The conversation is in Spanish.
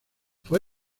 fue